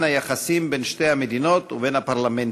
היחסים בין שתי המדינות ובין הפרלמנטים.